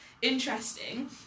Interesting